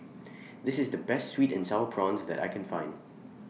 This IS The Best Sweet and Sour Prawns that I Can Find